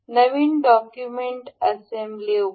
नवीन document assembly उघडा